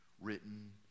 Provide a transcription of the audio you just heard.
written